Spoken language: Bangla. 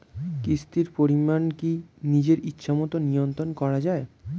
কিস্তির পরিমাণ কি নিজের ইচ্ছামত নিয়ন্ত্রণ করা যায়?